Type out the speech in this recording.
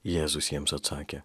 jėzus jiems atsakė